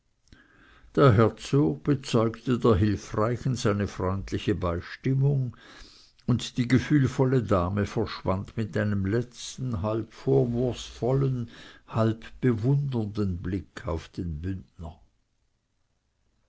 der herzog bezeugte der hilfreichen seine freundliche beistimmung und die gefühlvolle dame verschwand mit einem letzten halb vorwurfsvollen halb bewundernden blicke auf den bündner